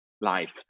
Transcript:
life